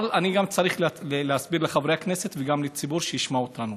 אבל אני צריך להסביר גם לחברי הכנסת וגם לציבור שישמע אותנו